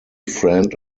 friend